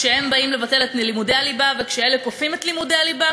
כשהם באים לבטל את לימודי הליבה וכשאלה כופים את לימודי הליבה,